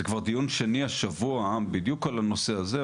זה כבר דיון שני השבוע בדיוק על הנושא הזה,